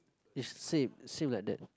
it's same same like that